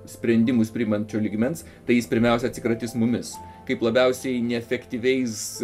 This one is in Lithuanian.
sprendimus priimančio lygmens tai jis pirmiausia atsikratys mumis kaip labiausiai neefektyviais